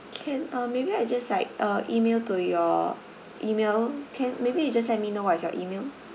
can uh maybe I just like uh email to your email can maybe you just let me know what is your email